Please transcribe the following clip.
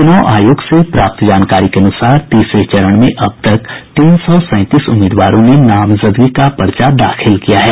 च्रनाव आयोग से प्राप्त जानकारी के अनुसार तीसरे चरण में अब तक तीन सौ सैंतीस उम्मीदवारों ने नामजदगी का पर्चा दाखिल किया है